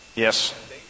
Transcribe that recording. Yes